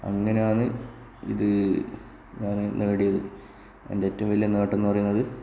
അങ്ങനെയാണ് ഇത് ഞാന് നേടിയത് എൻറെ ഏറ്റവുംവലിയ നേട്ടം എന്നുപറയുന്നത്